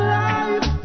life